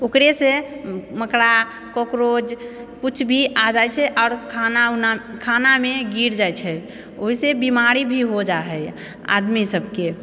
ओकरेसँ मकड़ा कॉकरोच किछु भी आ जाइ छै आओर खाना उना खानामे गिर जाइ छै ओहिसँ बीमारी भी हो जाइ हइ आदमी सबके